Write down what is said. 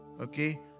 Okay